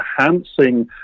enhancing